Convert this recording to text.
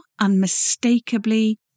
unmistakably